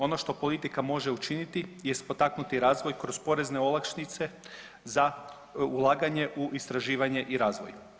Ono što politika može učiniti jest potaknuti razvoj kroz porezne olakšice za ulaganje u istraživanje i razvoj.